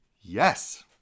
Yes